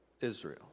Israel